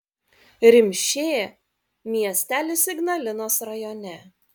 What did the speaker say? rimšė miestelis ignalinos rajone